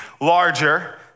larger